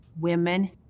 women